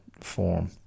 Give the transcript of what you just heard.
form